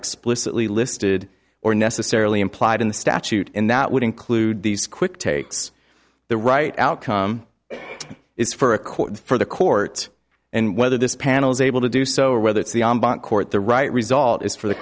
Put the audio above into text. explicitly listed or necessarily implied in the statute and that would include these quick takes the right outcome is for a court for the court and whether this panel is able to do so or whether it's the court the right result is for the